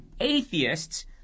Atheists